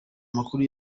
amakuru